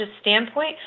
standpoint